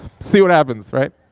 see what happens, right?